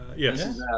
Yes